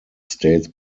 states